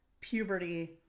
puberty